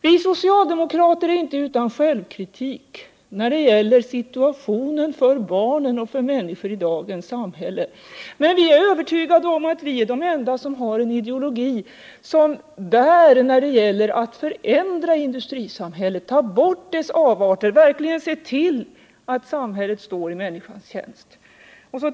Vi socialdemokrater är inte utan självkritik när det gäller situationen för barnen och för människor i dagens samhälle. Men vi är övertygade om att vi är de enda som har en ideologi som bär när det gäller att förändra industrisamhället, ta bort dessa avarter, verkligen se till att samhället står i människans tjänst.